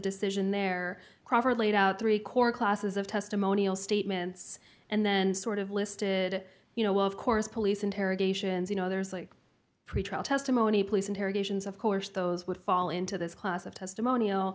decision there are laid out three core classes of testimonial statements and then sort of listed you know of course police interrogations you know others like pretrial testimony police interrogations of course those would fall into this class of testimonial